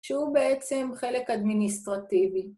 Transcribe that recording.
שהוא בעצם חלק אדמיניסטרטיבי